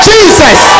Jesus